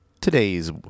Today's